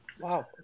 wow